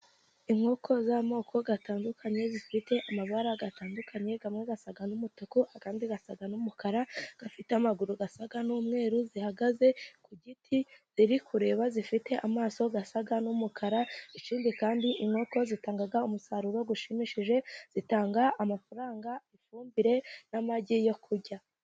Inkoko z'amoko atandukanye zifite amabara atandukanye. Imwe isa n'umutuku indi igasa n'umukara. Zifite amaguru asa n'umweru, zihagaze ku giti ziri kureba, zifite amaso asa n'umukara. Ikindi kandi inkoko zitanga umusaruro ushimishije. Zitanga amafaranga, ifumbire n'amagi yo kurya.